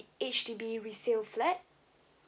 H_D_B resale flat